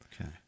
okay